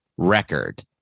Record